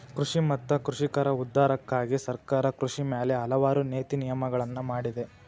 ಕೃಷಿ ಮತ್ತ ಕೃಷಿಕರ ಉದ್ಧಾರಕ್ಕಾಗಿ ಸರ್ಕಾರ ಕೃಷಿ ಮ್ಯಾಲ ಹಲವಾರು ನೇತಿ ನಿಯಮಗಳನ್ನಾ ಮಾಡಿದೆ